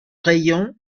rayon